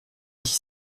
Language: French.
dix